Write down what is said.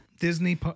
Disney